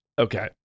okay